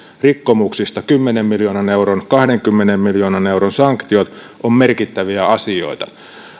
rikkomuksista kymmenen miljoonan euron kahdenkymmenen miljoonan euron sanktiot ovat merkittäviä asioita